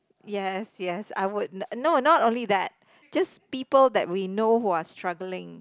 yes yes I would no not only that just people that we know who are struggling